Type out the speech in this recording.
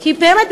באמת,